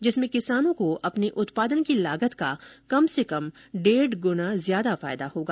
जिसमें किसानों को अपने उत्पादन की लागत का कम से कम डेढ़ गुना ज्यादा फायदा होगा